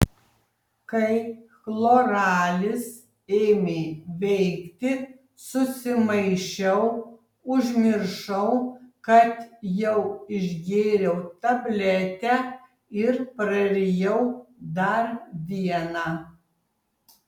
kai chloralis ėmė veikti susimaišiau užmiršau kad jau išgėriau tabletę ir prarijau dar vieną